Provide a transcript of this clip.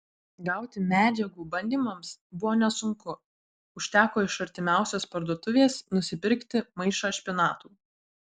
gauti medžiagų bandymams buvo nesunku užteko iš artimiausios parduotuvės nusipirkti maišą špinatų